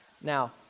Now